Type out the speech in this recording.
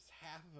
half